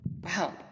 Wow